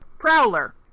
Prowler